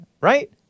Right